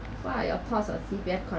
!wah! your pause